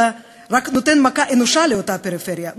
אלא רק נותן מכה אנושה לאותה פריפריה,